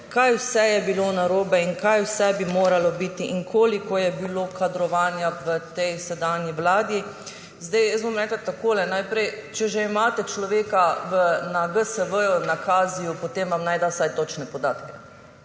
kaj vse je bilo narobe in kaj vse bi moralo biti in koliko je bilo kadrovanja v sedanji vladi. Jaz bom rekla takole. Če že imate človeka na GSV, na KAZI, potem vam naj da vsaj točne podatke.